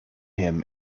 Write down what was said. him